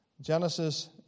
Genesis